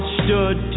stood